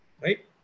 right